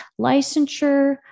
licensure